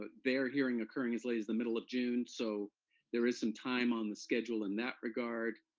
but their hearing occurring as late as the middle of june, so there is some time on the schedule in that regard.